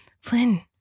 Flynn